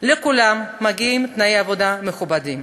לכולם מגיעים תנאי עבודה מכובדים.